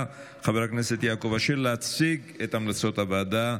חבר הכנסת יעקב אשר להציג את המלצות הוועדה.